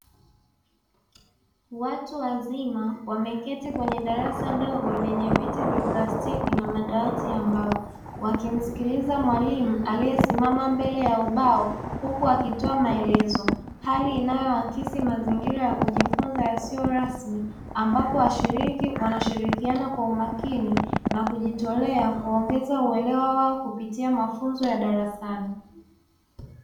Watu wazima wameketi kwenye darasa dogo lenye viti vya plastiki na madawati ya mbao wakimsikiliza mwalimu aliyesimama mbele ya ubao huku akitoa maelezo hali inayoakisi mazingira ya kujifunza yasiyo rasmi ambapo washiriki wanashirikiana kwa umakini na kujitolea kuongeza uelewa wao kupitia mafunzo ya darasani.